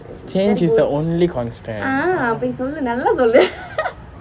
change is the only constant